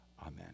Amen